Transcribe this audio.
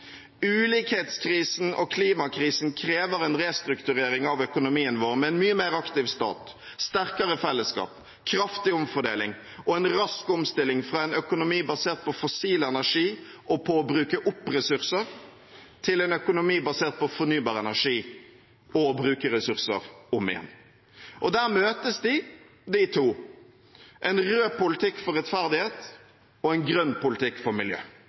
Ulikhetskrisen og klimakrisen krever en restrukturering av økonomien vår med en mye mer aktiv stat, sterkere fellesskap, kraftig omfordeling og rask omstilling fra en økonomi basert på fossil energi og på å bruke opp ressurser til en økonomi basert på fornybar energi og å bruke ressurser om igjen. Der møtes de – de to – en rød politikk for rettferdighet og en grønn politikk for miljø.